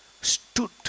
stood